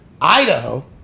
Idaho